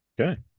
Okay